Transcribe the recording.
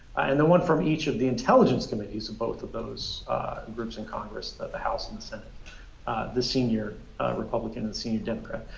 and the one from each of the intelligence committees of both of those groups in congress the the house and the senate the senior republican and the senior democrat.